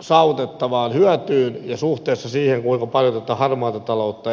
saavutettavaan hyötyyn ja suhteessa siihen kuinka paljon tätä harmaata taloutta esiintyy